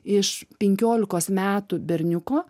iš penkiolikos metų berniuko